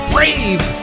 Brave